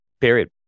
Period